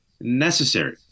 necessary